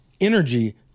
energy